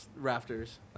rafters